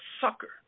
sucker